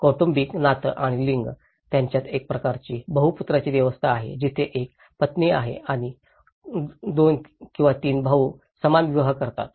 कौटुंबिक नातं आणि लिंग त्यांच्यात एक प्रकारची बहुपुत्राची व्यवस्था आहे जिथे एक पत्नी आहे आणि 2 3 भाऊ समान विवाह करतात